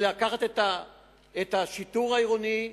לקחת את השיטור העירוני,